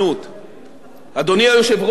אדוני היושב-ראש, לפני שלושה שבועות,